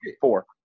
Four